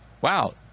wow